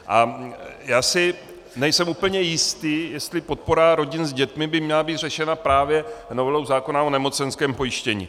A já si nejsem úplně jistý, jestli podpora rodin s dětmi by měla být řešena právě novelou zákona o nemocenském pojištění.